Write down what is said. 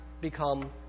become